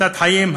"מתנת חיים",